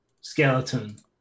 skeleton